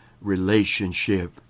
relationship